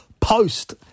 post